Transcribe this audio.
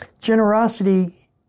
generosity